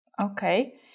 Okay